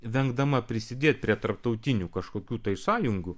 vengdama prisidėt prie tarptautinių kažkokių tai sąjungų